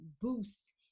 boost